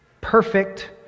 Perfect